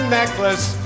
necklace